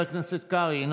חברת הכנסת לוי אבוקסיס,